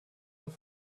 und